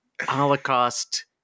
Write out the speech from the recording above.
Holocaust